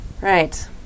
Right